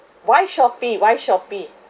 why Shopee why Shopee